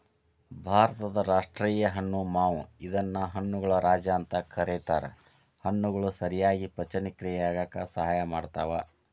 ಭಾರತದ ರಾಷ್ಟೇಯ ಹಣ್ಣು ಮಾವು ಇದನ್ನ ಹಣ್ಣುಗಳ ರಾಜ ಅಂತ ಕರೇತಾರ, ಹಣ್ಣುಗಳು ಸರಿಯಾಗಿ ಪಚನಕ್ರಿಯೆ ಆಗಾಕ ಸಹಾಯ ಮಾಡ್ತಾವ